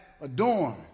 adorn